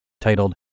titled